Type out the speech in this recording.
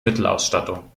mittelausstattung